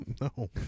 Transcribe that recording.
No